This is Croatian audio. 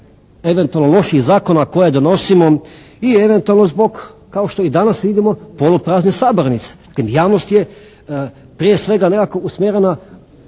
eventualno lošijih zakona koje donosimo, i eventualno zbog kao što i danas vidimo poluprazne sabornice. Dakle, javnost je prije svega nekako usmjerena